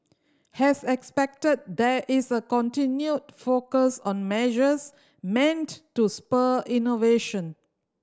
as expected there is a continued focus on measures meant to spur innovation